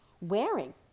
wearing